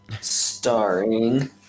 starring